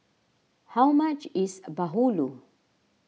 how much is Bahulu